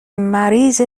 مریض